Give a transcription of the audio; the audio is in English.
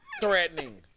Threatening